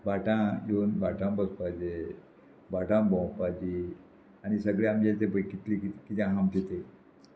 भाटां येवन भाटांत बसपाचें भाटांत भोंवपाचें आनी सगळें आमचें तें पय कितलीं कितें कितें हा आमचें तें